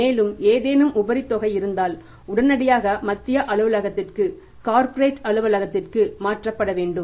மேலும் ஏதேனும் உபரி தொகை இருந்தால் உடனடியாக மத்திய அலுவலகத்திற்கு கார்ப்பரேட் அலுவலகத்திற்கு மாற்றப்பட வேண்டும்